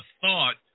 thought